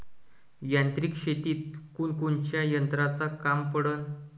यांत्रिक शेतीत कोनकोनच्या यंत्राचं काम पडन?